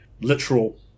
literal